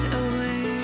away